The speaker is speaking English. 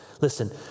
Listen